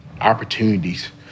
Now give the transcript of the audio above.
opportunities